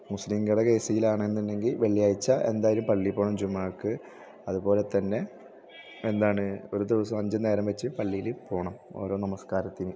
മുസ്ലീങ്ങളുടെ കേസിലാണെന്നുണ്ടെങ്കിൽ വെള്ളിയാഴ്ച എന്തായാലും പള്ളിയിൽ പോകണം ജുമാക്ക് അതുപോലെതന്നെ എന്താണ് ഒരു ദിവസം അഞ്ച് നേരം വെച്ച് പള്ളിയിൽ പോകണം ഓരോ നമസ്കാരത്തിന്